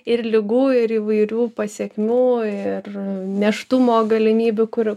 ir ligų ir įvairių pasekmių ir nėštumo galimybių kurių